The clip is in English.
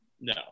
no